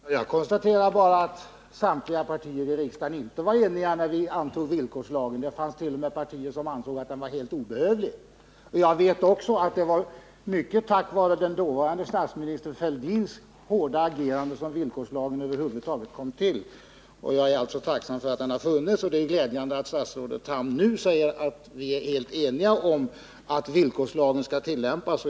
Herr talman! Jag konstaterade bara att samtliga partier i riksdagen inte var eniga när vi antog villkorslagen. Det fanns t.o.m. partier som ansåg att den var helt obehövlig. Jag vet också att det mycket var tack vare den dåvarande statsministern Fälldins hårda agerande som villkorslagen över huvud taget kom till, och jag är tacksam för att den funnits till. Det är glädjande att statsrådet Tham nu säger att vi är helt eniga om att villkorslagen skall tillämpas.